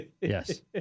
yes